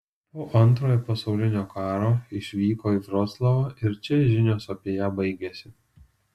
po antrojo pasaulinio karo išvyko į vroclavą ir čia žinios apie ją baigiasi